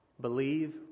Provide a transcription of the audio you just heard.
Believe